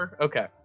Okay